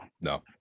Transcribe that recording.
No